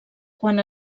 quan